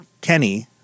Kenny